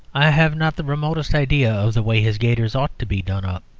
i have not the remotest idea of the way his gaiters ought to be done up.